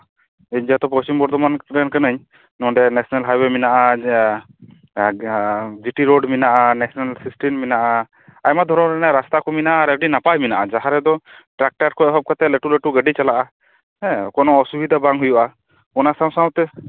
ᱤᱧ ᱡᱮᱦᱮᱛᱩ ᱯᱚᱥᱪᱤᱢ ᱵᱚᱨᱫᱷᱚᱢᱟᱱ ᱨᱮᱱ ᱠᱟᱹᱱᱟᱹᱧ ᱱᱚᱸᱰᱮ ᱱᱮᱥᱱᱮᱞ ᱦᱟᱭᱚᱭᱮ ᱢᱮᱱᱟᱜᱼᱟ ᱡᱤᱴᱤ ᱨᱳᱰ ᱢᱮᱱᱟᱜᱼᱟ ᱱᱮᱥᱱᱮᱞ ᱮᱥᱤᱥᱴᱮᱱᱴ ᱢᱮᱱᱟᱜᱼᱟ ᱟᱭᱢᱟ ᱫᱷᱚᱨᱚᱱ ᱨᱮᱱᱟᱜ ᱨᱟᱥᱛᱟ ᱠᱚ ᱢᱮᱱᱟᱜᱼᱟ ᱟᱨ ᱟᱹᱰᱤ ᱱᱟᱯᱟᱭ ᱢᱮᱱᱟᱜᱼᱟ ᱡᱟᱦᱟᱸ ᱨᱮᱫᱚ ᱴᱨᱟᱠᱴᱚᱨ ᱠᱷᱚᱱ ᱮᱦᱚᱵ ᱠᱟᱛᱮ ᱞᱟᱹᱴᱩ ᱞᱟᱹᱴᱩ ᱜᱟᱹᱰᱤ ᱪᱟᱞᱟᱜᱼᱟ ᱦᱮᱸ ᱠᱚᱱᱳ ᱚᱥᱩᱵᱤᱫᱟ ᱵᱟᱝ ᱦᱩᱭᱩᱜᱼᱟ ᱚᱱᱟ ᱥᱟᱶ ᱥᱟᱶᱛᱮ